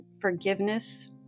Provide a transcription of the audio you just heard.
forgiveness